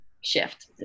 shift